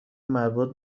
مربوط